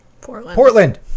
Portland